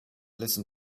listen